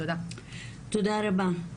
תודה רבה.